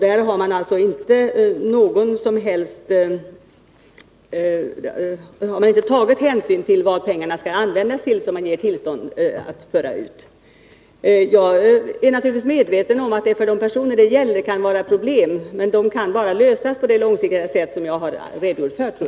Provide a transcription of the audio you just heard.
Där har man alltså inte tagit hänsyn till vad de pengar skall användas till som man ger tillstånd till att föra ut. Jag är naturligtvis medveten om att det för de personer som det gäller kan vara problem, men de problemen kan bara lösas på det långsiktiga sätt som jag har redogjort för.